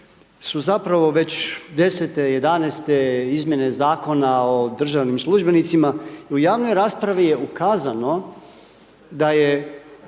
su zapravo već 10, 11 izmjene Zakona o državnim službenicima, u javnoj raspravi je ukazano, da je